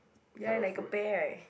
ya like a pear